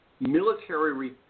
Military